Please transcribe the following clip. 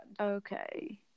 Okay